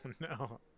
no